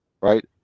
Right